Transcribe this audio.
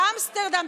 באמסטרדם,